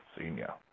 Senior